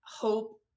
hope